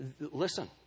listen